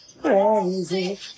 crazy